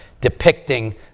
depicting